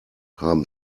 haben